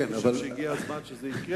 כן, אבל, אני חושב שהגיע הזמן שזה יקרה.